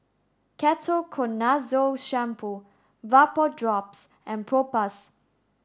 Ketoconazole shampoo Vapodrops and Propass